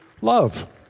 love